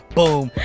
boom!